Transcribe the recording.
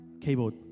keyboard